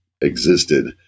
existed